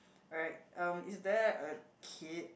alright um is there a kid